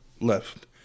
left